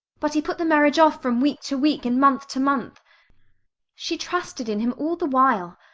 but he put the marriage off from week to week, and month to month she trusted in him all the while.